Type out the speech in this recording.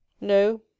No